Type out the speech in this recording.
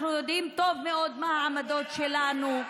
אנחנו יודעים טוב מאוד מה העמדות שלנו.